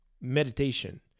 meditation